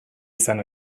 izan